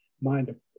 Mind